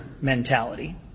mentality